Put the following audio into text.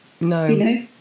No